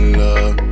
love